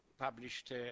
published